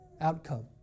outcome